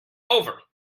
over